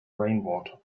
rainwater